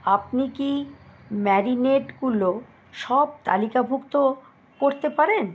আপনি কি ম্যারিনেটগুলো সব তালিকাভুক্ত করতে পারেন